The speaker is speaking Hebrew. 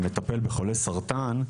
שמטפל בחולה סרטן,